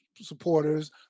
supporters